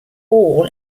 all